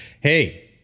Hey